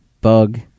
bug